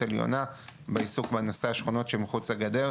עליונה בעיסוק בנושא השכונות שמחוץ לגדר,